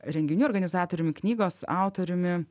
renginių organizatoriumi knygos autoriumi